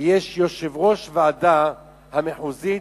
ויש יושב-ראש ועדה מחוזית,